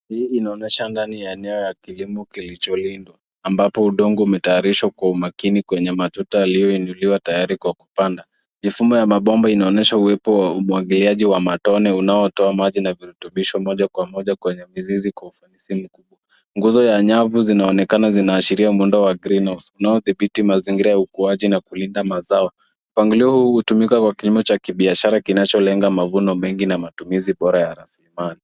Hii inaonyesha ndani ya eneo la kilimo kilicholindwa ambapo udongo umetayarishwa kwa umakini kwenye matuta yaliyoinuliwa tayari kwa kupanda. Mifumo ya mabomba inaonyesha uwepo wa matone unaotoa maji na virutubisho moja kwa moja kwenye mizizi kwa ufanisi mkubwa. Nguzo ya nyavu zinaonekana zinaashiria mwendo wa green house unaodhibiti mazingira ya ukuwaji na kulinda mazao. Mpangilio huu hutumika kwa kilimo cha kibiashara kinacholenga mavuno mengi na matumizi bora ya rasilimali.